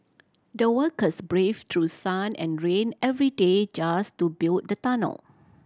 the workers braved through sun and rain every day just to build the tunnel